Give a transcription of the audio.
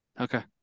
Okay